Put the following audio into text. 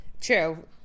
True